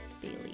Bailey